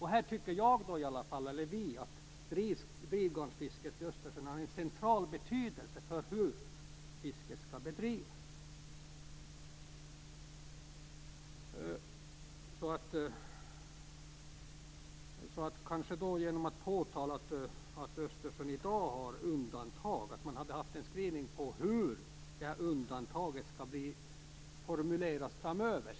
Här tycker i alla fall vi att drivgarnsfisket i Östersjön har en central betydelse för hur fisket skall bedrivas. Utskottsmajoriteten kunde ha påtalat att Östersjön i dag har undantag och kanske haft en skrivning om hur det undantaget skall formuleras framöver.